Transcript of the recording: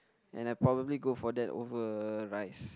and I probably go for that over rice